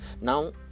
Now